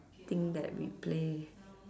think that we play